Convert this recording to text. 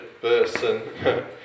person